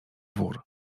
wór